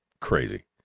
crazy